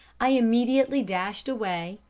i immediately dashed away,